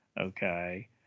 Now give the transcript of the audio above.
Okay